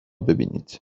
ببینید